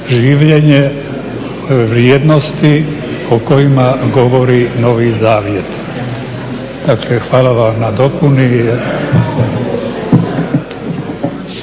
življenje, vrijednosti o kojima govori Novi Zavjet. Dakle hvala vam na dopuni.